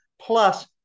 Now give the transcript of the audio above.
Plus